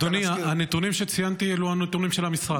אדוני, הנתונים שציינתי אלו הנתונים של המשרד.